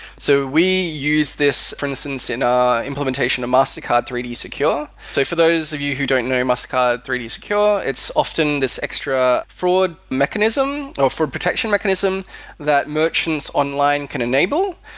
so we use this for instance in ah implementation of mastercard three d secure. so for those of you who don't know mastercard three d secure, it's often this extra fraud mechanism or fraud protection mechanism that merchants online can enable,